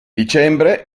dicembre